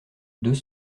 deux